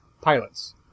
pilots